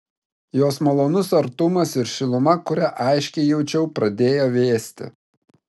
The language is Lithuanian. jos malonus artumas ir šiluma kurią aiškiai jaučiau pradėjo vėsti